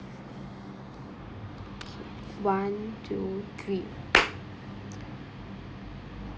one two three